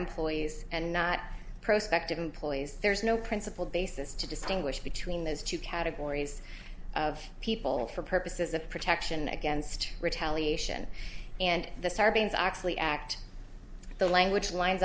employees and not prospected employees there's no principle basis to distinguish between those two categories of people for purposes of protection against retaliation and the sarbanes oxley act the language win